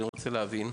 אני רוצה להבין.